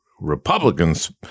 Republicans